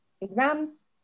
exams